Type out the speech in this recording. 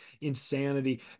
insanity